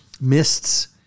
mists